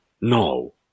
No